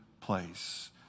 place